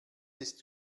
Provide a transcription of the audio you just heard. ist